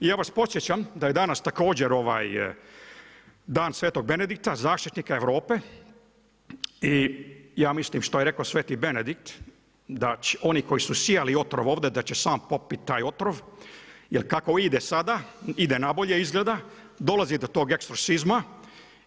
I ja vas podsjećam, da je danas također dan Svetog Benedikta zaštitnika Europe, i ja mislim što je rekao sveti Benedikt, da oni koji su sijali otrov ovdje da će sam popiti taj otrov, jer kako ide sada, ide nabolje izgleda, dolazi do tog ekstrosizma